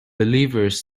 believers